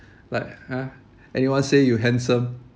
like !huh! anyone say you handsome